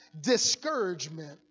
discouragement